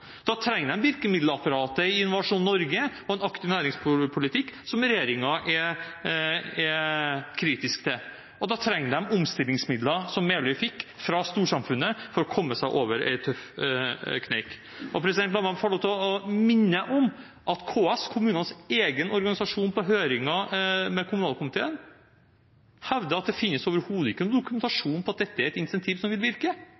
Da trenger de virkemiddelapparatet i Innovasjon Norge og en aktiv næringspolitikk, som regjeringen er kritisk til. Og da trenger de omstillingsmidler – som Meløy fikk – fra storsamfunnet for å komme seg over en tøff kneik. La meg bare få lov til å minne om at KS, kommunenes egen organisasjon, i høringen med kommunalkomiteen hevdet at det overhodet ikke finnes noen dokumentasjon på at dette er et incentiv som vil virke.